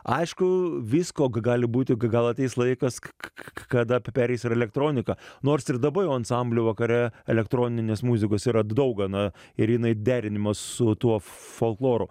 aišku visko gali būti gal ateis laikas kada pereis ir elektronika nors ir dabar jau ansamblių vakare elektroninės muzikos yra daug gana ir jinai derinimas su tuo folkloru